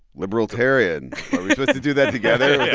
liberal-tarian. are we supposed to do that together?